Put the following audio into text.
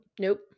nope